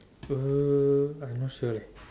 uh I not sure leh